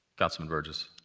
councilman burgess.